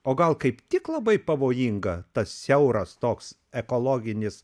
o gal kaip tik labai pavojinga tas siauras toks ekologinis